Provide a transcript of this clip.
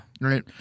Right